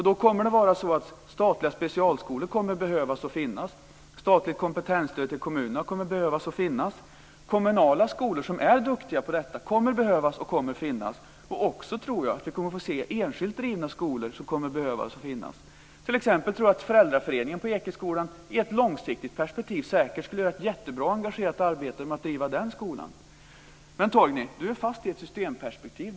Då kommer det att vara så att statliga specialskolor kommer att behövas och finnas, statligt kompetensstöd till kommunerna kommer att behövas och finnas, kommunala skolor som är duktiga på detta kommer att behövas och finnas, och jag tror också att vi kommer att få se enskilt drivna skolor som kommer att behövas och finnas. T.ex. tror jag att föräldraföreningen på Ekeskolan i ett långsiktigt perspektiv säkert skulle göra ett jättebra och engagerat arbete med att driva den skolan. Men Torgny är fast i ett systemperspektiv.